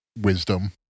wisdom